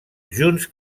junts